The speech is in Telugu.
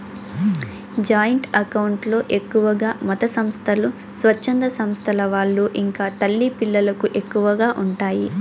జాయింట్ అకౌంట్ లో ఎక్కువగా మతసంస్థలు, స్వచ్ఛంద సంస్థల వాళ్ళు ఇంకా తల్లి పిల్లలకు ఎక్కువగా ఉంటాయి